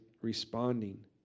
responding